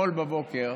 אתמול בבוקר